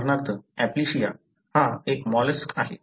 उदाहरणार्थ ऍप्लिश्या हा एक मॉलस्क आहे